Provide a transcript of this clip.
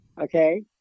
okay